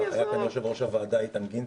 היה כאן יושב-ראש הוועדה איתן גינזבורג,